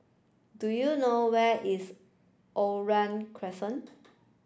do you know where is Oriole Crescent